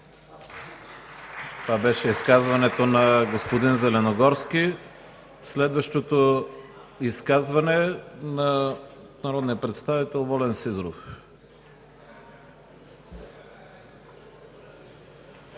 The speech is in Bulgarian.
Това беше изказването на господин Зеленогорски. Следващото изказване е на народния представител Волен Сидеров.